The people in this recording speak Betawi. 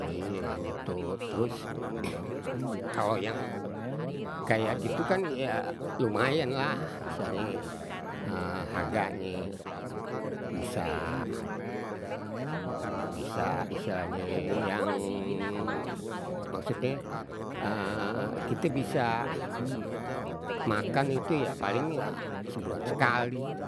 Ye gitu, terus kalo yang kayak gitu kan ya lumayan lah, istilahnye harganye bisa, bisa istilahnye yang maksudnye kite bisa makan itu ya paling ya sebulan sekali